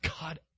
God